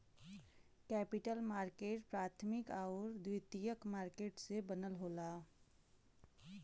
capital market प्राथमिक आउर द्वितीयक मार्केट से बनल होला